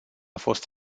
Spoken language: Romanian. fost